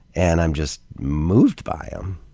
and i'm just moved by em.